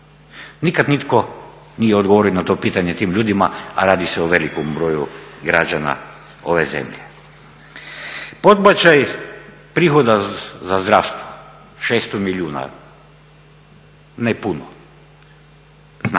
Nikad nitko nije odgovorio na to pitanje tim ljudima, a radi se o velikom broju građana ove zemlje. Podbačaj prihoda za zdravstvo, 600 milijuna, ne puno,